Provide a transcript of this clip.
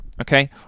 okay